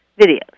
videos